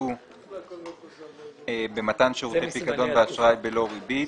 שעסקו במתן שירותי פיקדון ואשראי בלא ריבית,